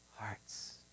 hearts